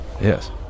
yes